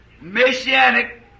Messianic